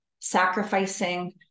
sacrificing